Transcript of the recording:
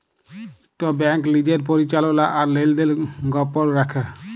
ইকট ব্যাংক লিজের পরিচাললা আর লেলদেল গপল রাইখে